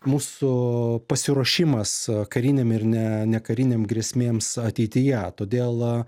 mūsų pasiruošimas karinėm ir ne nekarinėm grėsmėms ateityje todėl